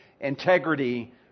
integrity